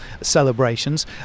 celebrations